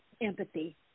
empathy